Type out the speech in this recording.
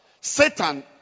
Satan